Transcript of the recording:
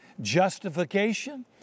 justification